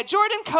Jordan